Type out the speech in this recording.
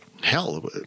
Hell